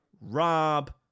Rob